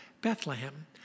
Bethlehem